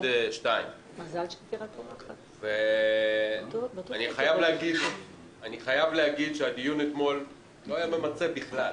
-- עד 2:00. אני חייב להגיד שהדיון אתמול לא היה ממצה בכלל.